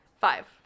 Five